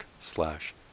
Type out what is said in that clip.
slash